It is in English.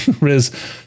Riz